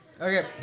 Okay